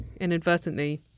Inadvertently